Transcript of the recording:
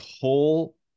whole